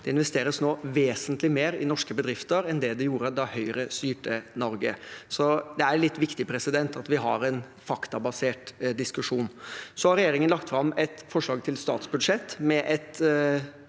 Det investeres nå vesentlig mer i norske bedrifter enn det det ble gjort da Høyre styrte Norge, så det er litt viktig at vi har en faktabasert diskusjon. Regjeringen har lagt fram et forslag til statsbudsjett med et